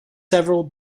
several